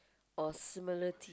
or similarity